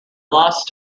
lost